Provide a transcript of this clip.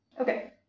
Okay